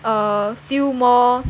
err feel more